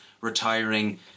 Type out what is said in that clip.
retiring